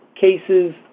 cases